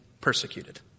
persecuted